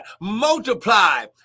Multiply